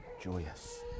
joyous